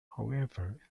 however